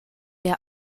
der